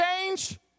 change